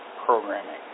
programming